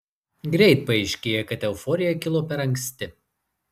greit paaiškėja kad euforija kilo per anksti